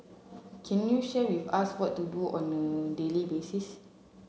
can you share with us what to do on a daily basis